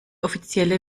offizielle